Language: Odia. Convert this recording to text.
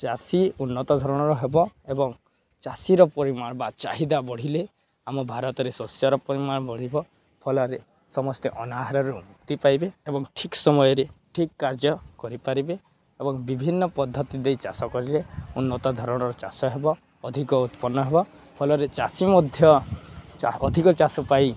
ଚାଷୀ ଉନ୍ନତ ଧରଣର ହେବ ଏବଂ ଚାଷୀର ପରିମାଣ ବା ଚାହିଦା ବଢ଼ିଲେ ଆମ ଭାରତରେ ଶସ୍ୟର ପରିମାଣ ବଢ଼ିବ ଫଳରେ ସମସ୍ତେ ଅନାହାରରୁ ମୁକ୍ତି ପାଇବେ ଏବଂ ଠିକ୍ ସମୟରେ ଠିକ୍ କାର୍ଯ୍ୟ କରିପାରିବେ ଏବଂ ବିଭିନ୍ନ ପଦ୍ଧତି ଦେଇ ଚାଷ କରିଲେ ଉନ୍ନତ ଧରଣର ଚାଷ ହେବ ଅଧିକ ଉତ୍ପନ୍ନ ହେବ ଫଳରେ ଚାଷୀ ମଧ୍ୟ ଅଧିକ ଚାଷ ପାଇଁ